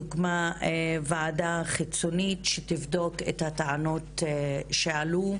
הוקמה ועדה חיצונית שתבדוק את הטענות שעלו,